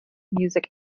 music